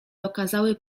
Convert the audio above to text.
okazały